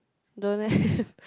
don't have